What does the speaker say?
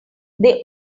they